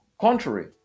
contrary